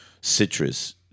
Citrus